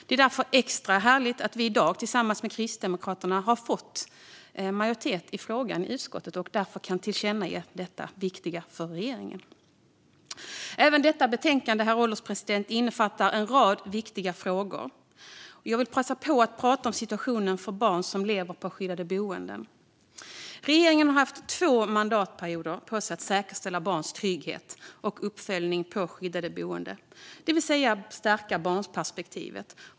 Det är därför extra härligt att vi i dag tillsammans med Kristdemokraterna har fått majoritet i frågan i utskottet och därför kan föreslå detta viktiga tillkännagivande till regeringen. Även detta betänkande, herr ålderspresident, innefattar en rad viktiga frågor. Jag vill passa på att prata om situationen för barn som lever på skyddade boenden. Regeringen har haft två mandatperioder på sig att säkerställa barns trygghet och uppföljning på skyddade boenden, det vill säga stärka barnperspektivet.